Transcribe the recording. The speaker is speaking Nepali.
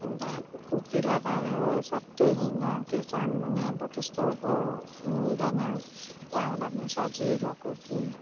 अन्त कुर्ती लगायो सट्टै हिँड्यो केही काम पनि अब त्यस्तो अब हुँदैन लगाउँदा पनि सजिलो कुर्ती